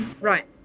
Right